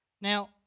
Now